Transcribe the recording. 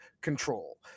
control